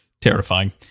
terrifying